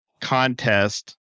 contest